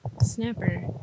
Snapper